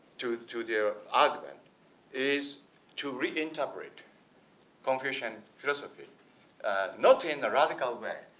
to to their argument is to reinterpret confucian philosophy not in a radical way,